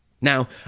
Now